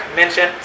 mention